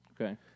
Okay